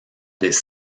des